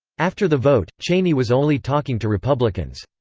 after the vote, cheney was only talking to republicans.